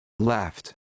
Left